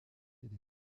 des